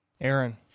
Aaron